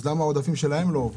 אז למה העודפים שלהם לא עוברים?